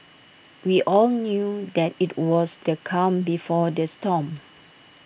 we all knew that IT was the calm before the storm